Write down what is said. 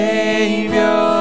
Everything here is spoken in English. Savior